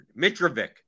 Mitrovic